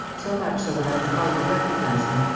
so much so that i could hardly recognize him,